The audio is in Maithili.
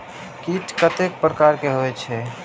कीट कतेक प्रकार के होई छै?